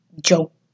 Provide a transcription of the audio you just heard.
joke